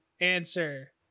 Answer